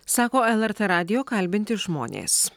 sako lrt radijo kalbinti žmonės